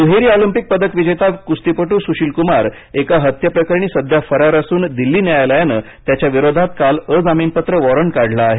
दुहेरी ऑलिम्पिक पदक विजेता कुस्तीपटू सुशीलकुमार एका हत्येप्रकरणी सध्या फरार असून दिल्ली न्यायालयाने त्याच्याविरोधात काल अजामीनपात्र वॉरंट काढलं आहे